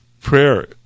prayer